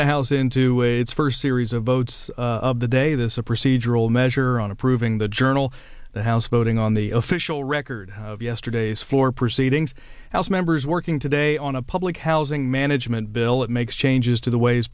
the house in two ways first series of votes of the day this a procedural measure on approving the journal the house voting on the official record of yesterday's floor proceedings house members working today on a public housing management bill it makes changes to the ways